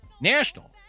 national